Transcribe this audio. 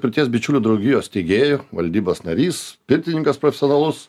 pirties bičiulių draugijos steigėjų valdybos narys pirtininkas profesionalus